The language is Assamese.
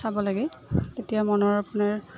চাব লাগে তেতিয়া মনৰ আপোনাৰ